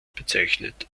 bezeichnet